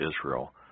Israel